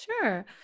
Sure